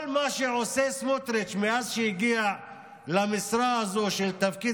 כל מה שסמוטריץ' עושה מאז שהוא הגיע למשרה הזו של תפקיד